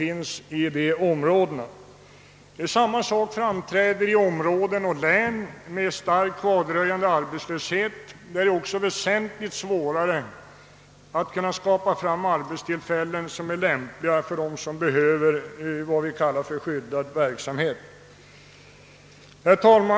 I områden och län med stark kvardröjande arbetslöshet är det också väsentligt svårare att skapa arbetstillfällen som är lämpliga för dem som behöver vad vi kallar skyddad verksamhet.